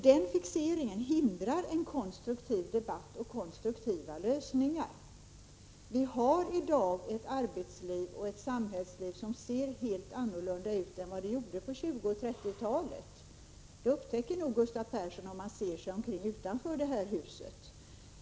Den fixeringen hindrar en konstruktiv debatt och konstruktiva lösningar. Vi har i dag ett arbetsliv och ett samhällsliv som ser helt annorlunda ut än på 1920 och 1930-talen. Det upptäcker nog Gustav Persson om han ser sig omkring utanför det här huset.